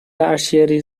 tertiary